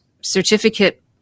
certificate